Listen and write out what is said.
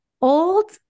Old